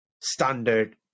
standard